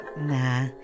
Nah